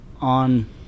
on